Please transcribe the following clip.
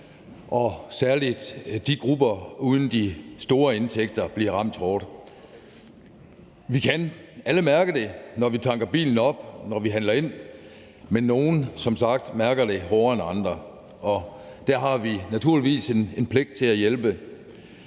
og særlig de grupper uden de store indtægter bliver ramt hårdt. Vi kan alle mærke det, når vi tanker bilen op, og når vi handler, men nogle mærker det som sagt hårdere end andre, og der har vi naturligvis en pligt til at hjælpe.